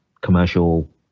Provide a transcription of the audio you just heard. commercial